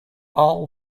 all